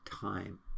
time